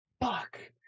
fuck